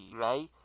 right